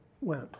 went